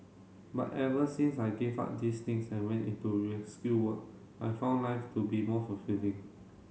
but ever since I gave up these things and went into rescue work I've found life to be more fulfilling